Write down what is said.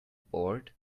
bored